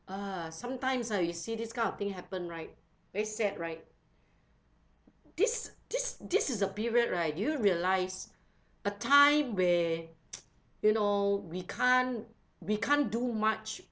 ugh sometimes ah you see this kind of thing happen right very sad right this this this is a period right do you realise a time where you know we can't we can't do much